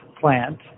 plant